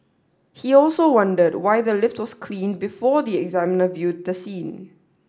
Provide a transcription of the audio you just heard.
he also wondered why the lift was cleaned before the examiner viewed the scene